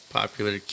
Popular